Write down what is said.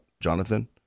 Jonathan